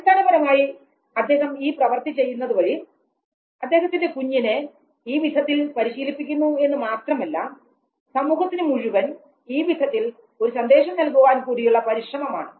അടിസ്ഥാനപരമായി അദ്ദേഹം ഈ പ്രവർത്തി വഴി ചെയ്യുന്നത് അദ്ദേഹത്തിൻറെ കുഞ്ഞിനെ ഈ വിധത്തിൽ പരിശീലിപ്പിക്കുന്നു എന്ന് മാത്രമല്ല സമൂഹത്തിനു മുഴുവൻ ഈ വിധത്തിൽ ഒരു സന്ദേശം നൽകുവാൻ കൂടിയുള്ള പരിശ്രമമാണ്